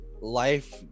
life